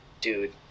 Dude